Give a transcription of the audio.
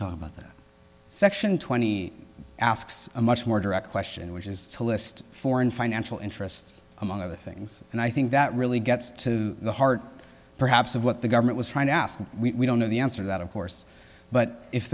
talk about that section twenty asks a much more direct question which is to list foreign financial interests among other things and i think that really gets to the heart perhaps of what the government was trying to ask we don't know the answer to that of course but if